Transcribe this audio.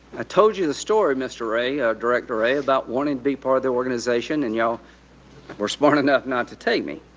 ah told you the story mr. wray, director wray, about wanting to be part of the organization, and y'all we're smart enough not to take me.